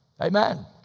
Amen